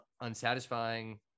unsatisfying